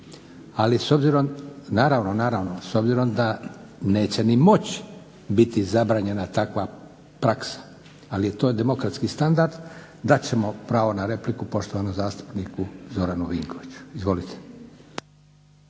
kluba, ali s obzirom da neće ni moći biti zabranjena takva praksa, ali to je demokratski standard, dat ćemo pravo na repliku poštovanom zastupniku Zoranu Vinkoviću. Izvolite.